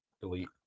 Delete